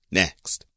next